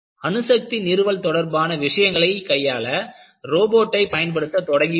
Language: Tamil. அணுசக்தி நிறுவல் தொடர்பான விஷயங்களை கையாள ரோபோட்டை பயன்படுத்த தொடங்கியுள்ளனர்